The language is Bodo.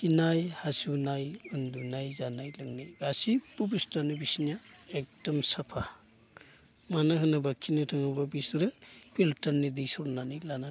खिनाय हासुनाय उन्दुनाय जानाय लोंनाय गासिबो बुस्थुआनो बिसिना एखदम साफा मानो होनोब्ला खिनो थाङोब्ला बिसोरो फिल्टारनि दै सरना लाना थाङो